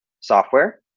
software